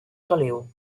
caliu